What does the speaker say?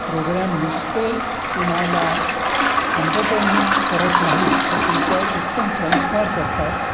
program नुसते तुम्हाला entertain करत नाहीत तर तुमच्यावर उत्तम संस्कार करतात